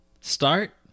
Start